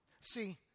See